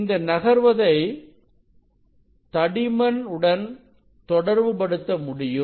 இந்த நகர்வதை தடிமன் உடன் தொடர்புபடுத்த முடியும்